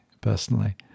personally